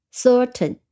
certain